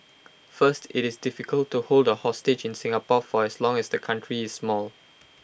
first IT is difficult to hold A hostage in Singapore for as long as the country is small